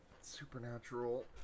Supernatural